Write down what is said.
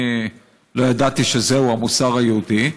אני לא ידעתי שזהו המוסר היהודי.